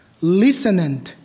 Listening